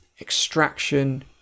extraction